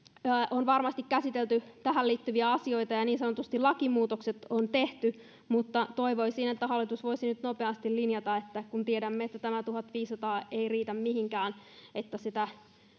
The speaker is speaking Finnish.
on varmasti käsitelty tähän liittyviä asioita ja niin sanotusti lakimuutokset on tehty mutta toivoisin että hallitus voisi nyt nopeasti linjata kun tiedämme että tämä tuhatviisisataa ei riitä mihinkään eli